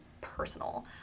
personal